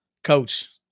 Coach